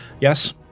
Yes